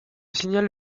signal